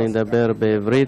אני אדבר בעברית,